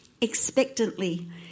expectantly